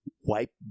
wipe